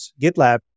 GitLab